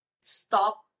stop